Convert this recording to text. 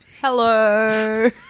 hello